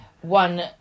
one